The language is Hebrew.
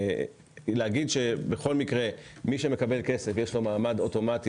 להגיד שבכל מקרה מי שמקבל כסף יש לו מעמד אוטומטי